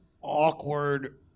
awkward